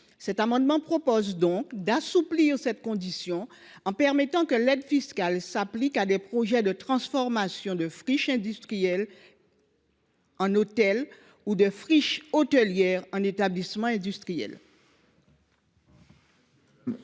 Cet amendement a donc pour objet d’assouplir cette condition en permettant que l’aide fiscale s’applique à des projets de transformation de friches industrielles en hôtels ou de friches hôtelières en établissements industriels.